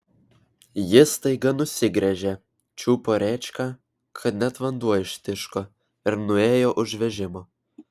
ji staiga nusigręžė čiupo rėčką kad net vanduo ištiško ir nuėjo už vežimo